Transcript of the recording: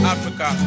Africa